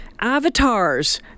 avatars